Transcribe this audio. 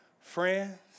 Friends